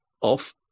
off